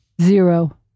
Zero